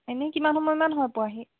এনেই কিমান সময়মান হয় পোৱাহি